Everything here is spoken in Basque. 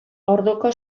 orduko